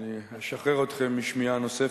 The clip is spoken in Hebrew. אני משחרר אתכם משמיעה נוספת,